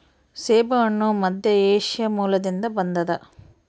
ಸೇಬುಹಣ್ಣು ಮಧ್ಯಏಷ್ಯಾ ಮೂಲದಿಂದ ಬಂದದ